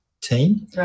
team